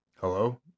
Hello